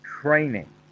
training